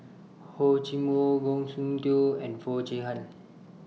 Hor Chim Or Goh Soon Tioe and Foo Chee Han